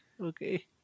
Okay